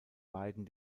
beiden